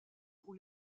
pour